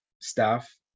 staff